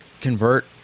convert